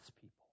people